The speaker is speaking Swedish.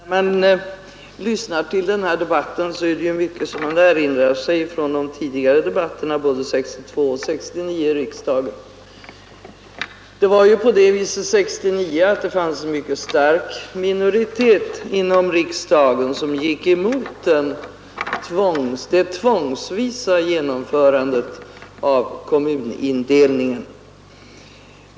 Fru talman! När man lyssnar till den här debatten, erinrar man sig mycket från de tidigare diskussionerna i riksdagen, både 1962 och 1969. Det fanns 1969 en mycket stark minoritet inom riksdagen som gick emot det tvångsvisa genomförandet av kommunindelningen.